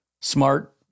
smart